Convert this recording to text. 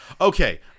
Okay